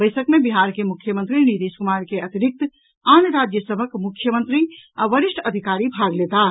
बैसक मे बिहार के मुख्यमंत्री नीतीश कुमार के अतिरिक्त आन राज्य सभक मुख्यमंत्री आ वरिष्ठ अधिकारी भाग लेताह